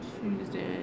Tuesday